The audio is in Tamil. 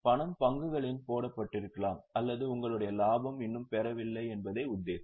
பணம் பங்குகளில் போடப்பட்டிருக்கலாம் அல்லது உங்களுடைய லாபம் இன்னும் பெறவில்லை என்பதே உத்தேசம்